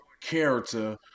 character